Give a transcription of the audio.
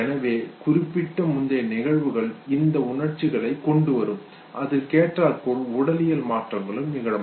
எனவே குறிப்பிட்ட முந்தைய நிகழ்வுகள் இந்த உணர்ச்சிகளைக் கொண்டுவரும் அதற்கேற்றார்போல் உடலியல் மாற்றங்களும் நிகழும்